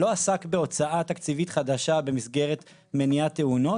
לא עסק בהוצאה תקציבית חדשה במסגרת מניעת תאונות.